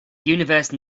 universe